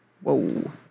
Whoa